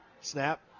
Snap